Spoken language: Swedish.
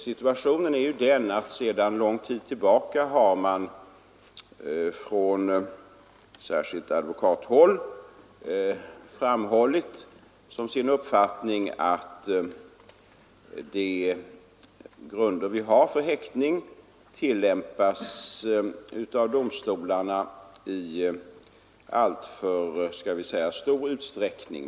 Situationen är ju den att man sedan lång tid tillbaka, särskilt från advokathåll, framhåller som sin uppfattning att de nuvarande reglerna för häktning tillämpas av domstolarna i alltför stor utsträckning.